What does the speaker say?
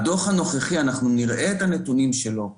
אנחנו נראה את הנתונים של הדוח הנוכחי,